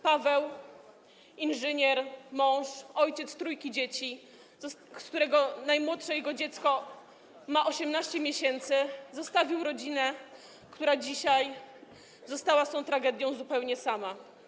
Paweł - inżynier, mąż, ojciec trójki dzieci, najmłodsze jego dziecko ma 18 miesięcy - zostawił rodzinę, która dzisiaj została z tą tragedią zupełnie sama.